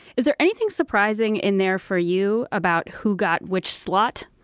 is there anything surprising in there for you about who got which slot?